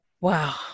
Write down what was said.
Wow